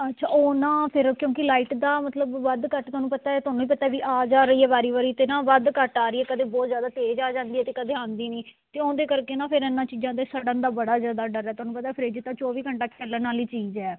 ਅੱਛਾ ਉਹ ਨਾ ਫਿਰ ਕਿਉਂਕਿ ਲਾਈਟ ਦਾ ਮਤਲਬ ਵੱਧ ਘੱਟ ਤੁਹਾਨੂੰ ਪਤਾ ਤੁਹਾਨੂੰ ਵੀ ਪਤਾ ਵੀ ਆ ਜਾ ਰਹੀ ਹੈ ਵਾਰੀ ਵਾਰੀ ਅਤੇ ਨਾ ਵੱਧ ਘੱਟ ਆ ਰਹੀ ਆ ਕਦੇ ਬਹੁਤ ਜ਼ਿਆਦਾ ਤੇਜ਼ ਆ ਜਾਂਦੀ ਆ ਅਤੇ ਕਦੇ ਆਉਂਦੀ ਨਹੀਂ ਅਤੇ ਉਹਦੇ ਕਰਕੇ ਨਾ ਫਿਰ ਇਹਨਾਂ ਚੀਜ਼ਾਂ ਦੇ ਸੜ੍ਹਨ ਦਾ ਬੜਾ ਜ਼ਿਆਦਾ ਡਰ ਹੈ ਤੁਹਾਨੂੰ ਪਤਾ ਫ੍ਰਿਜ ਤਾਂ ਚੌਵੀ ਘੰਟਾ ਚੱਲਣ ਵਾਲੀ ਚੀਜ਼ ਹੈ